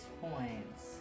points